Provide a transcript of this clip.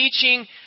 teaching